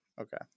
Okay